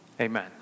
Amen